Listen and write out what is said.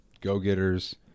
go-getters